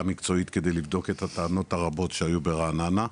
מקצועית כדי לבדוק את הטענות הרבות שהיו ברעננה,